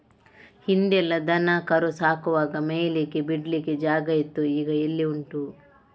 ಹಿಂದೆಲ್ಲ ದನ ಕರು ಸಾಕುವಾಗ ಮೇಯ್ಲಿಕ್ಕೆ ಬಿಡ್ಲಿಕ್ಕೆ ಜಾಗ ಇತ್ತು ಈಗ ಎಲ್ಲಿ ಉಂಟು